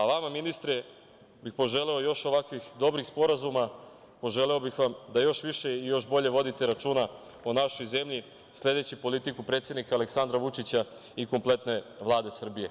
Vama, ministre, bih poželeo još ovakvih dobrih sporazuma, poželeo bih vam da još više i još bolje vodite računa o našoj zemlji, sledeći politiku predsednika Aleksandra Vučića i kompletne Vlade Srbije.